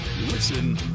Listen